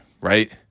right